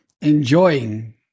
Enjoying